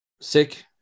sick